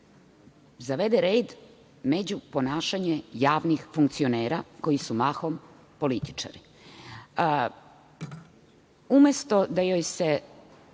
zavede red među ponašanjem javnih funkcionera koji su mahom političari. Umesto